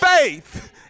faith